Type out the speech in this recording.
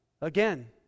again